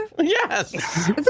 Yes